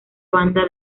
banda